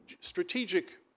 strategic